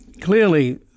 clearly